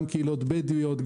גם קהילות בדואיות,